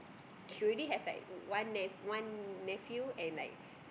she already have like one ne~ one nephew and like